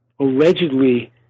allegedly